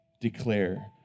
declare